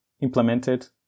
implemented